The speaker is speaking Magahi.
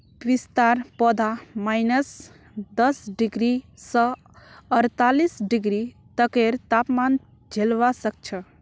पिस्तार पौधा माइनस दस डिग्री स अड़तालीस डिग्री तकेर तापमान झेलवा सख छ